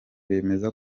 bemeza